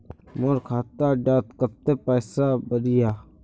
मोर खाता डात कत्ते पैसा बढ़ियाहा?